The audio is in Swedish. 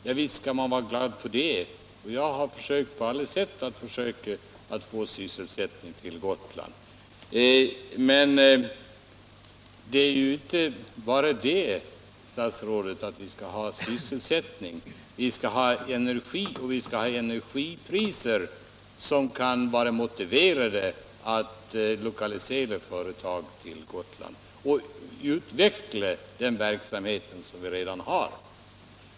Ja, visst skall man vara glad för det. Jag har på alla sätt försökt få sysselsättning till Gotland. Men det är ju inte bara det, herr statsråd, att vi skall ha sysselsättning. Vi skall ha energi och vi skall ha energipriser som kan göra lokalisering av företag till Gotland motiverad och som kan göra det möjligt att utveckla den verksamhet som vi redan har.